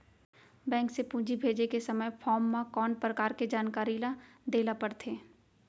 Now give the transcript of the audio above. Bank से पूंजी भेजे के समय फॉर्म म कौन परकार के जानकारी ल दे ला पड़थे?